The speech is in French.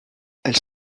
elles